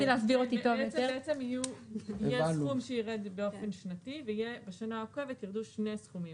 בעצם יהיה סכום שיירד באופן שנתי ויהיה בשנה העוקבת יירדו שני סכומים,